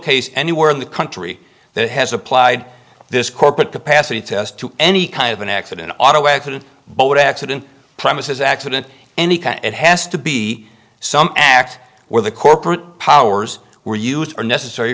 case anywhere in the country that has applied this corporate capacity test to any kind of an accident auto accident boat accident promises accident any kind it has to be some act where the corporate powers were used or necessary